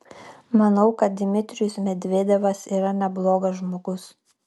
manau kad dmitrijus medvedevas yra neblogas žmogus